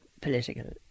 political